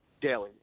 daily